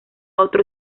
otro